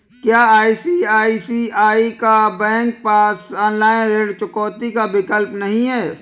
क्या ICICI bank के पास ऑनलाइन ऋण चुकौती का विकल्प नहीं है?